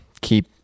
keep